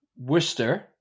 Worcester